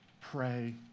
pray